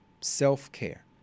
Self-care